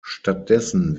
stattdessen